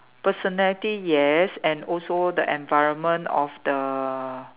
personality yes and also the environment of the